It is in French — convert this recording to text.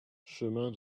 chemin